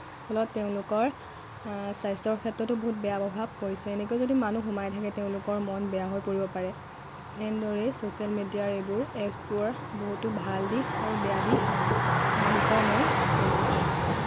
ফলত তেওঁলোকৰ স্বাস্থ্যৰ ক্ষেত্ৰতো বহুত বেয়া প্ৰভাৱ পৰিছে এনেকৈ যদি মানুহ সোমাই থাকে তেওঁলোকৰ মন বেয়া হৈ পৰিব পাৰে এনেদৰেই ছচিয়েল মিডিয়াৰ এইবোৰ এপছবোৰৰ বহুতো ভাল দিশ আৰু বেয়া দিশ বিষয়ে মই ক'লোঁ